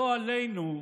לא עלינו,